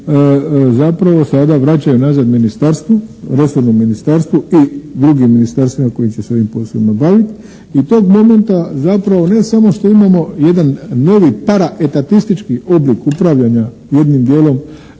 zapravo sada vraćaju nazad ministarstvu, resornom ministarstvu i drugim ministarstvima koji će se ovim poslovima baviti. I tog momenta zapravo ne samo što imamo jedan novi paraetatistički oblik upravljanja jednim dijelom